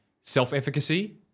self-efficacy